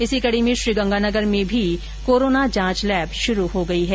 इसी कडी में श्रीगंगानगर में भी कोरोना जांच लैब शुरू हो गई है